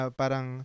parang